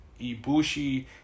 Ibushi